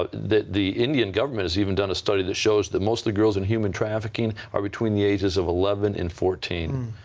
but the the indian government has even done a study that shows that most of the girls in human trafficking are between the ages of eleven and fourteen.